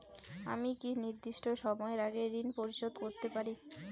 আমি কি নির্দিষ্ট সময়ের আগেই ঋন পরিশোধ করতে পারি?